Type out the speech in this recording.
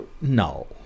no